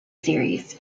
series